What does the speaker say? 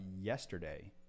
yesterday